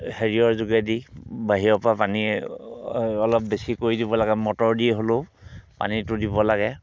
হেৰিৰ যোগেদি বাহিৰৰ পৰা পানী অলপ বেছি কৰি দিব লাগে মটৰ দি হ'লেও পানীটো দিব লাগে